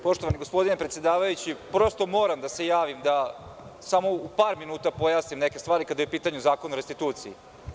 Poštovani gospodine predsedavajući, prosto moram da se javim da samo u par minuta pojasnim neke stvari kada je u pitanju Zakon o restituciji.